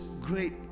great